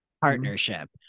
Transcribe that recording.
partnership